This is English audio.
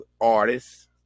artists